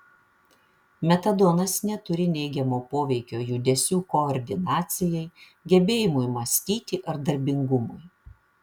metadonas neturi neigiamo poveikio judesių koordinacijai gebėjimui mąstyti ar darbingumui